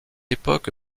époque